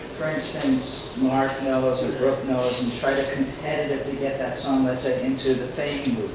for instance, marc knows or brooke knows, and try to competitively get that song, let's say, into the fang